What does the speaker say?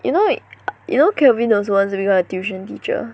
you know you know Kevin also wants to become a tuition teacher